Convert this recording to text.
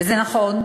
וזה נכון,